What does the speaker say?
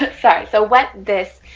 but sorry, so what this?